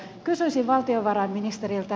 kysyisin valtiovarainministeriltä